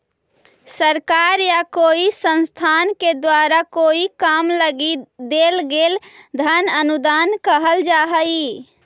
सरकार या कोई संस्थान के द्वारा कोई काम लगी देल गेल धन अनुदान कहल जा हई